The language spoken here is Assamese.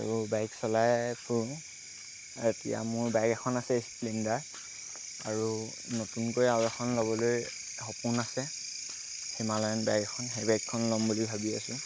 আৰু বাইক চলাই ফুৰোঁ এতিয়া মোৰ বাইক এখন আছে স্প্লেণ্ডাৰ আৰু নতুনকৈ আৰু এখন ল'বলৈ সপোন আছে হিমালয়ান বাইক এখন সেই বাইকখন ল'ম বুলি ভাবি আছোঁ